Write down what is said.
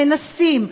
הם נאנסים,